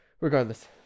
regardless